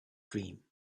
dream